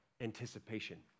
anticipation